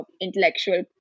intellectual